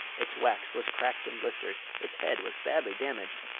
its wax was cracked and blistered, its head was badly damaged,